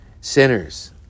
Sinners